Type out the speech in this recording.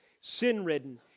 sin-ridden